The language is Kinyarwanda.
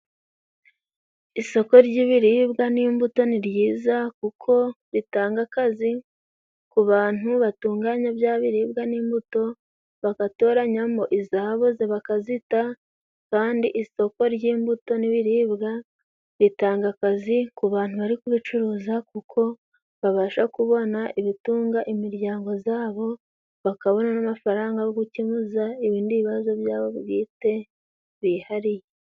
Isoko ry'ibiribwa n'imbuto ni ryiza kuko ritanga akazi ku bantu batunganya bya biribwa n'imbuto, bagatoranyamo izaboze bakazita kandi isoko ry'imbuto n'ibiribwa ritanga akazi ku bantu bari kubicuruza kuko babasha kubona ibitunga imiryango yabo, bakabona n'amafaranga yo gukemuraza ibindi bibazo byabo bwite bihariye.